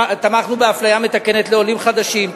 תמכנו באפליה מתקנת לעולים חדשים,